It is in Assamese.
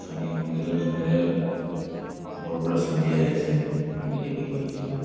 স্থানীয় সংগীতৰ বিষয়ে আগৰ পৰা চলি আহিছে আমি দেখিও আহিছোঁ